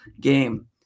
game